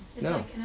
No